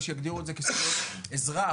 יש שיגדירו את זה כזכויות אזרח,